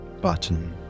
button